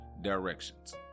directions